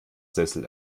sessel